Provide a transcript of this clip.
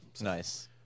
Nice